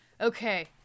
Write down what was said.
Okay